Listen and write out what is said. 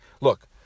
Look